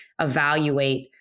evaluate